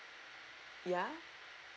ya